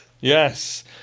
Yes